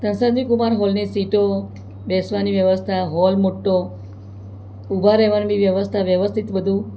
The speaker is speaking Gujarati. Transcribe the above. સંજય કુમાર હૉલની સીટો બેસવાની વ્યવસ્થા હૉલ મોટો ઊભા રહેવાની વ્યવસ્થા વ્યવસ્થિત બધું